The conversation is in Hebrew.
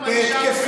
היית פעם,